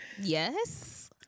yes